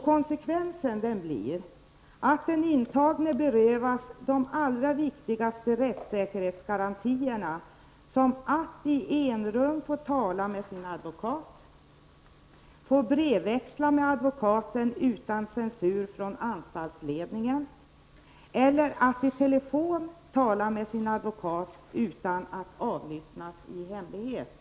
Konsekvensen blir att den intagne berövas de allra viktigaste rättssäkerhetsgarantierna, som att i enrum få tala med sin advokat, att få brevväxla med advokaten utan censur från anstaltsledningen eller att i telefon tala med sin advokat utan att avlyssnas i hemlighet.